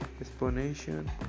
explanation